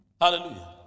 Hallelujah